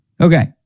Okay